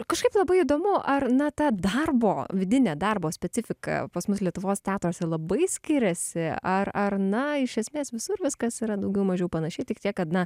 kažkaip labai įdomu ar na ta darbo vidinė darbo specifika pas mus lietuvos teatruose labai skiriasi ar ar na iš esmės visur viskas yra daugiau mažiau panašiai tik tiek kad na